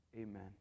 amen